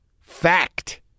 fact